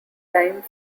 time